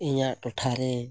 ᱤᱧᱟᱹᱜ ᱴᱚᱴᱷᱟ ᱨᱮ